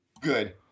Good